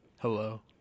Hello